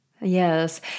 Yes